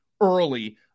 early